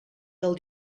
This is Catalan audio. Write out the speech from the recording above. del